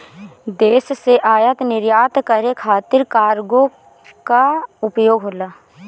देश से आयात निर्यात करे खातिर कार्गो कअ उपयोग होला